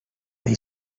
they